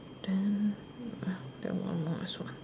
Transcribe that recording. then ah then what more is what